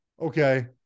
okay